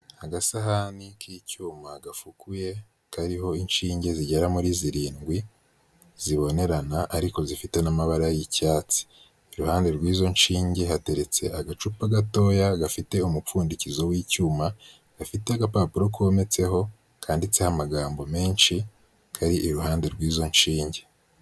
Agasahani k'icyuma gafukuye kariho inshinge zigera muri zirindwi, zibonerana ariko zifite n'amabara y'icyatsi, iruhande rw'izo nshinge hateretse agacupa gatoya gafite umupfundikizo w'icyuma, gafite agapapuro kometseho kanditseho amagambo menshi kari iruhande rw'izo nshinge.